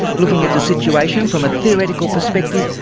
looking at the situation from a theoretical perspective,